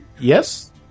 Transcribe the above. Yes